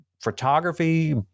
photography